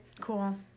Cool